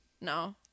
No